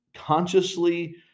consciously